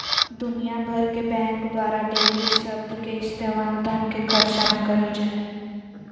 दुनिया भर के बैंक द्वारा डेबिट शब्द के इस्तेमाल धन के खर्च मे करल जा हय